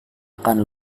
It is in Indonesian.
akan